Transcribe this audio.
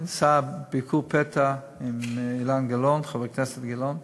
נעשה ביקור פתע עם חבר הכנסת אילן גילאון,